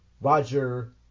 Roger